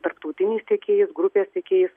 tarptautiniais tiekėjais grupės tiekėjais